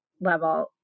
level